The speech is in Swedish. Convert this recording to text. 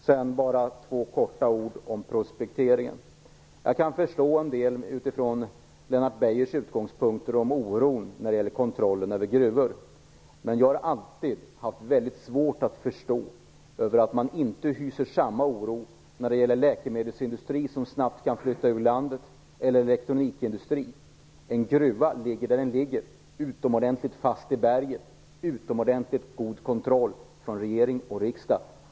Jag vill bara säga några ord om prospekteringen. Jag kan förstå, från Lennart Beijers utgångspunkt, oron när det gäller kontrollen över gruvor. Men jag har alltid haft väldigt svårt att förstå att man inte hyser samma oro när det gäller läkemedelsindustri eller elektronikindustri, som snabbt kan flytta från landet. En gruva ligger där den ligger, utomordentligt fast i berget, med utomordentligt god kontroll från regering och riksdag.